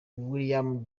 william